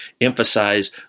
Emphasize